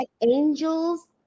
angels